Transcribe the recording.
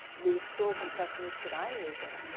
these tools and techniques that i'm using,